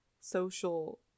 social